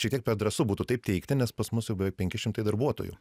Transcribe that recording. šiek tiek per drąsu būtų taip teigti nes pas mus jau beveik penki šimtai darbuotojų